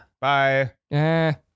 Bye